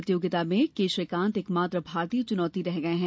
प्रतियोगिता में के श्रीकांत एकमात्र भारतीय चुनौती रह गए हैं